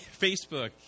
Facebook